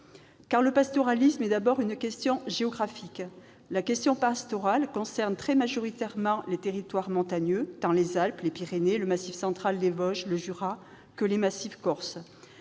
Car le pastoralisme est d'abord une question géographique. La question pastorale concerne très majoritairement les territoires montagneux, tant les Alpes, les Pyrénées, le Massif central, les Vosges, le Jura que les massifs corses.